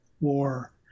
war